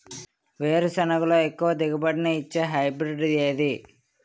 వేరుసెనగ లో ఎక్కువ దిగుబడి నీ ఇచ్చే హైబ్రిడ్ ఏది?